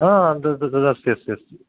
हा अन्तः तदस्ति अस्ति अस्ति